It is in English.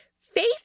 Faith